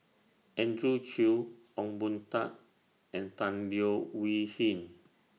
Andrew Chew Ong Boon Tat and Tan Leo Wee Hin